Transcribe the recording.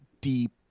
deep